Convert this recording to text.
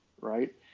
Right